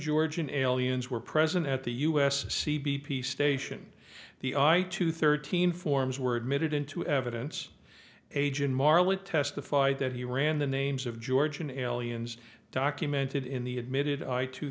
georgian aliens were present at the us c b p station the i two thirteen forms were admitted into evidence agent marley testified that he ran the names of georgian aliens documented in the admitted i two